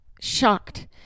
shocked